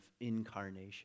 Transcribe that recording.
incarnation